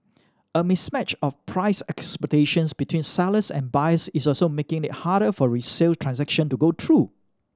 a mismatch of price expectations between sellers and buyers is also making it harder for resale transaction to go through